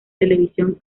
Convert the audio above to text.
televisión